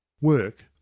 Work